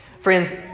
Friends